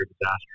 disaster